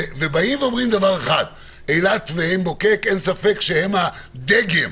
ואומרים: אילת ועין בוקק אין ספק שהם הדגל.